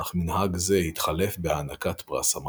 אך מנהג זה התחלף בהענקת פרס המקור.